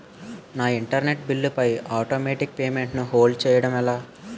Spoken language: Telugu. నా ఇంటర్నెట్ బిల్లు పై ఆటోమేటిక్ పేమెంట్ ను హోల్డ్ చేయటం ఎలా?